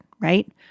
right